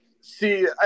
see